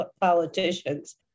politicians